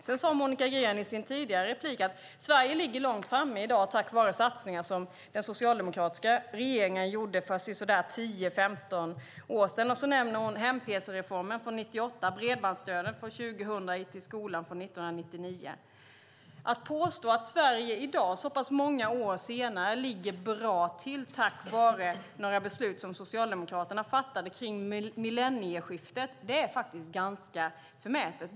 Monica Green sade i sitt förra inlägg att Sverige i dag ligger långt framme tack vare satsningar som den socialdemokratiska regeringen gjorde för tio femton år sedan. Hon nämnde hem-pc-reformen från 1998, bredbandsstödet från 2000 och IT i skolan från 1999. Att påstå att Sverige i dag, så pass många år senare, ligger bra till tack vare några beslut som Socialdemokraterna fattade vid millennieskiftet är ganska förmätet.